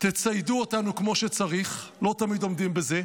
תציידו אותנו כמו שצריך, לא תמיד עומדים בזה,